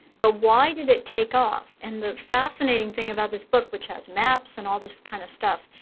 but why did it take off? and the fascinating thing about this book, which has maps and all this kind of stuff,